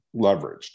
leveraged